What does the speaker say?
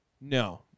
No